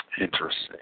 Interesting